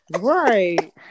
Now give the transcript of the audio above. Right